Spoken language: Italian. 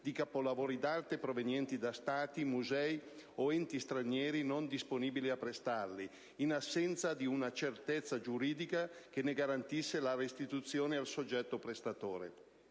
di capolavori d'arte provenienti da Stati, musei o enti stranieri non disponibili a prestarli, in assenza di una certezza giuridica che ne garantisse la restituzione al soggetto prestatore.